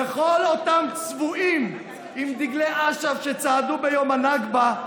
ולכל אותם צבועים עם דגלי אש"ף שצעדו ביום הנכבה,